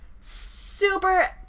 super